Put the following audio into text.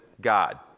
God